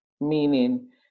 meaning